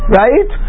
right